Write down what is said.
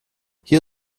hier